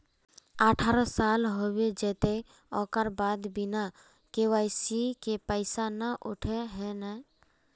अठारह साल होबे जयते ओकर बाद बिना के.वाई.सी के पैसा न उठे है नय?